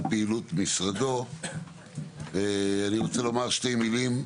אני רוצה לומר שתי מילים.